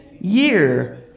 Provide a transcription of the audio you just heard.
year